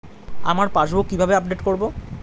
আমার পাসবুক কিভাবে আপডেট করবো?